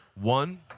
One